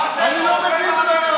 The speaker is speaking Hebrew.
עובדים עליך.